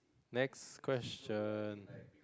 next question